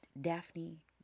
Daphne